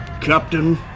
Captain